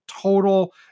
total